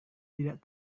tidak